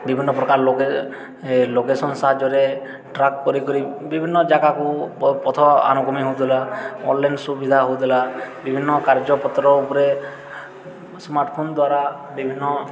ବିଭିନ୍ନ ପ୍ରକାର ଲୋକେ ଲୋକେସନ୍ ସାହାଯ୍ୟରେ ଟ୍ରାକ୍ କରି କରି ବିଭିନ୍ନ ଜାଗାକୁ ପଥ ଆନୁଗମି ହେଉଥିଲା ଅନଲାଇନ୍ ସୁବିଧା ହେଉଥିଲା ବିଭିନ୍ନ କାର୍ଯ୍ୟପତ୍ର ଉପରେ ସ୍ମାର୍ଟ ଫୋନ ଦ୍ୱାରା ବିଭିନ୍ନ